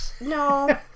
No